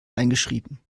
eingeschrieben